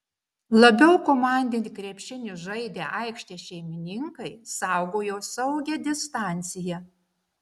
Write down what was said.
labiau komandinį krepšinį žaidę aikštės šeimininkai saugojo saugią distanciją